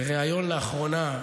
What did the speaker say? בריאיון לאחרונה,